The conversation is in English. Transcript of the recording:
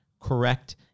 correct